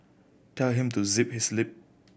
tell him to zip his lip